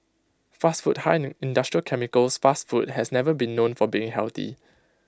fast food high in industrial chemicals fast food has never been known for being healthy